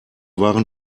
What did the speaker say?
waren